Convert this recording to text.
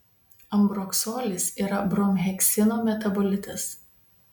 ambroksolis yra bromheksino metabolitas